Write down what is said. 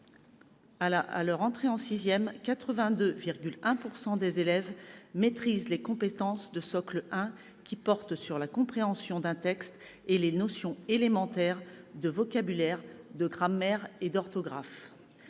à leur entrée en sixième, quelque 82,1 % des élèves maîtrisent les compétences de socle 1, qui portent sur la compréhension d'un texte et les notions élémentaires de vocabulaire, grammaire et orthographe.